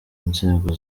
nzego